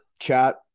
Chat